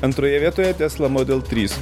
antroje vietoje tesla model trys